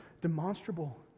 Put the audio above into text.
demonstrable